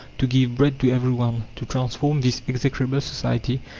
to give bread to everyone to transform this execrable society,